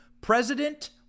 President